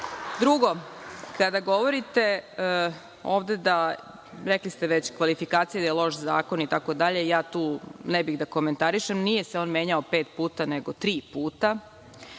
kada govorite ovde, rekli ste već kvalifikacije da je loš zakon itd, ja tu ne bih da komentarišem, nije se on menjao pet puta, nego tri puta,